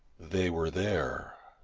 they were there.